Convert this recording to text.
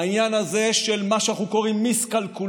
העניין הזה של מה שאנחנו קוראים מיסקלקולציה,